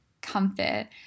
comfort